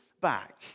back